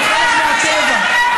זה גם כנראה חלק, זה גם כנראה חלק מהטבע.